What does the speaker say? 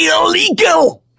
illegal